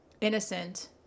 innocent